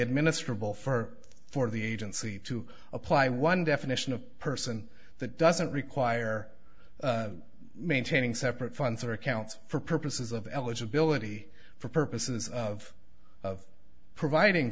administer a bill for for the agency to apply one definition of person that doesn't require maintaining separate funds or accounts for purposes of eligibility for purposes of of providing